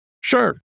Sure